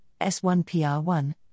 S1PR1